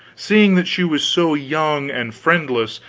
seeing that she was so young and friendless,